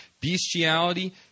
bestiality